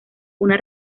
una